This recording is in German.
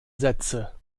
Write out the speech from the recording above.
sätze